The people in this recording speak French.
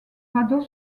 radeau